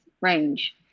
range